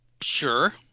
Sure